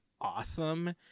awesome